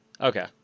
Okay